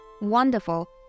Wonderful